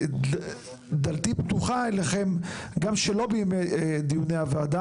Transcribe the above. דלתי פתוחה אליכם גם שלא בימי דיוני הוועדה,